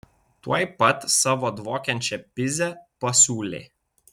tuoj pat savo dvokiančią pizę pasiūlė